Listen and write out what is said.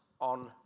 on